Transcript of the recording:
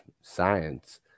science